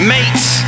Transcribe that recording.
Mates